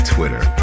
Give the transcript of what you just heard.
Twitter